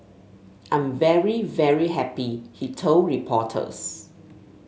I'm very very happy he told reporters